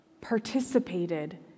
participated